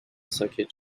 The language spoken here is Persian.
ساکت